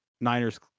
Niners